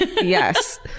yes